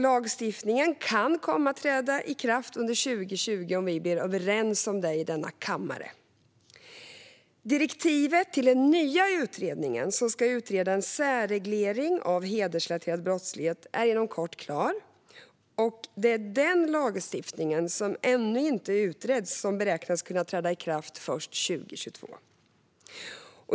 Lagstiftningen kan komma att träda i kraft under 2020, om vi blir överens om det i denna kammare. Direktivet till den nya utredningen, som ska utreda en särreglering av hedersrelaterad brottslighet, är inom kort klart. Det är den lagstiftningen, som ännu inte är utredd, som beräknas kunna träda i kraft först 2022.